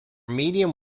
medium